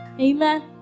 Amen